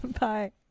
Bye